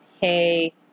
Hey